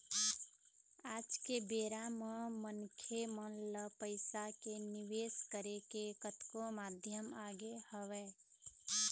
आज के बेरा म मनखे मन ल पइसा के निवेश करे के कतको माध्यम आगे हवय